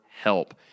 help